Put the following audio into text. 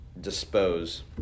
dispose